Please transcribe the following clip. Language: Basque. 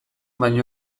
baino